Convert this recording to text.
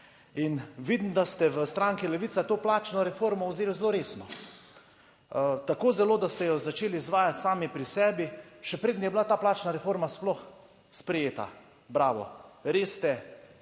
In vidim, da ste v stranki Levica to plačno reformo vzeli zelo resno. Tako zelo, da ste jo začeli izvajati sami pri sebi, še preden je bila ta plačna reforma sploh sprejeta. Bravo! Res ste,